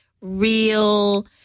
real